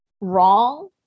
wrong